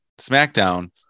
SmackDown